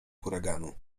huraganu